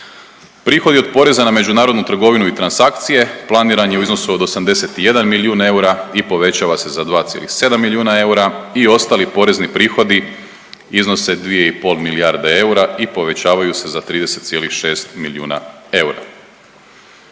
Prihodi od poreza na međunarodnu trgovinu i transakcije planiran je u iznosu od 81 milijun eura i povećava se za 2,7 milijuna eura i ostali porezni prihodi iznose 2,5 milijarde eura i povećavaju se za 30,6 milijuna eura.